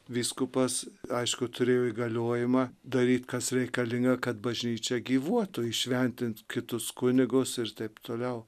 vyskupas aišku turėjo įgaliojimą daryt kas reikalinga kad bažnyčia gyvuotų įšventint kitus kunigus ir taip toliau